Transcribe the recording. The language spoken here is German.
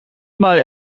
mal